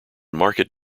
market